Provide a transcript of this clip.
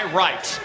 right